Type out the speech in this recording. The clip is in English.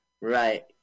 Right